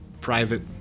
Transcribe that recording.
private